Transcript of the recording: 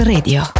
Radio